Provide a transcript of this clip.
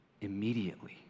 immediately